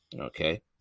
Okay